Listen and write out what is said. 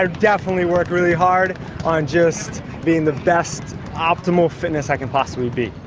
ah definitely work really hard on just being the best optimal fitness i can possibly be.